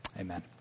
Amen